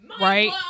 Right